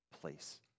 place